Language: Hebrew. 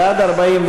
בעד,